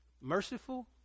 Merciful